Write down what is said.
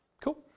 Cool